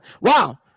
wow